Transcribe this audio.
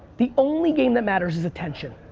the only game that matters is attention.